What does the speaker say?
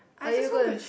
are you go and